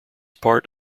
part